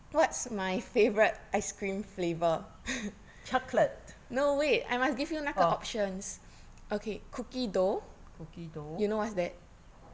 chocolate orh cookie dough